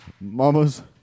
Mamas